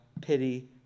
pity